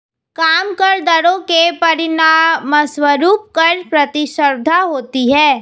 कम कर दरों के परिणामस्वरूप कर प्रतिस्पर्धा होती है